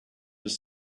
was